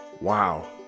Wow